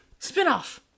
spinoff